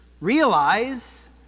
realize